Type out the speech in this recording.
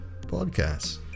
podcasts